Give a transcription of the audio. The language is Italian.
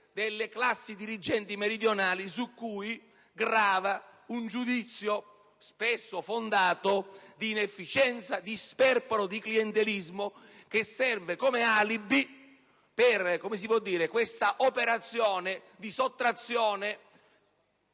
delle classi dirigenti meridionali, su cui grava un giudizio, spesso fondato, di inefficienza, di sperpero e di clientelismo, che serve come alibi per questa operazione di sottrazione